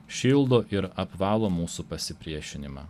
šildo ir apvalo mūsų pasipriešinimą